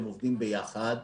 הם עובדים ביחד.